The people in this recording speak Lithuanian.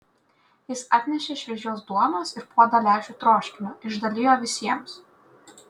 jis atnešė šviežios duonos ir puodą lęšių troškinio išdalijo visiems